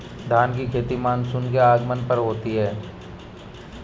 धान की खेती मानसून के आगमन पर होती है